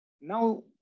Now